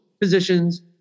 positions